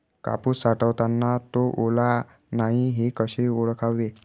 कापूस साठवताना तो ओला नाही हे कसे ओळखावे?